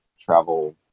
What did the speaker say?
travel